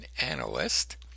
Analyst